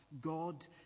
god